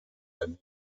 hynny